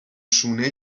شونه